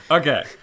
Okay